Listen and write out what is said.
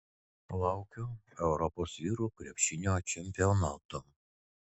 laukiu europos vyrų krepšinio čempionato